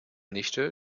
nichte